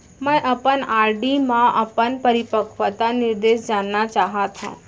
मै अपन आर.डी मा अपन परिपक्वता निर्देश जानना चाहात हव